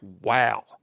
wow